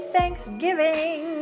Thanksgiving